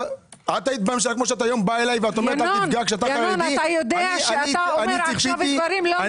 את היית בממשלה כמו שאת היום באה אליי ואומרת - אני ציפיתי כרע"מ.